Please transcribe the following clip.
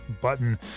button